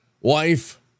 wife